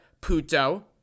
puto